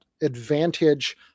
advantage